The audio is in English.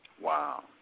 Wow